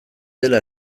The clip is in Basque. dela